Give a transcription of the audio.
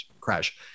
crash